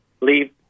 leave